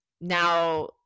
Now